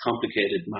complicated